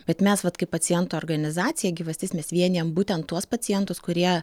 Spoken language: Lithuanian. bet mes vat kaip pacientų organizacija gyvastis mes vienijam būtent tuos pacientus kurie